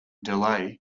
delay